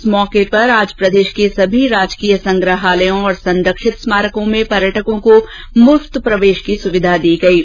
इस मौके पर आज प्रदेश के सभी राजकीय संग्रहालयों और संरक्षित स्मारकों में पर्यटकों को मुफ्त प्रवेश की सुविधा दी गई है